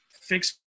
fix